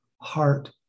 heart